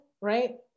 right